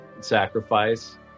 Sacrifice